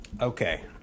Okay